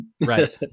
Right